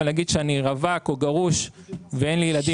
אבל נגיד שאני רווק או גרוש ואין לי ילדים